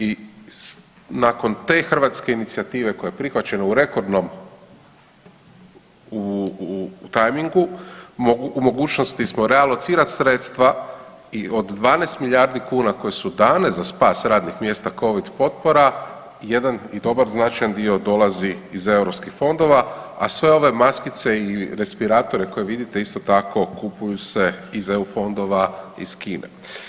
I nakon te hrvatske inicijative koja je prihvaćena u rekordnom, u tajmingu, u mogućnosti smo realocirat sredstva i od 12 milijardi kuna koje su dane za spas radnih mjesta covid potpora jedan i dobar i značajan dio dolazi iz europskih fondova, a sve ove maskice i respiratore koje vidite isto tako kupuju se iz eu fondova iz Kine.